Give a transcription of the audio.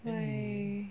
why